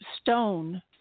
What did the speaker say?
stone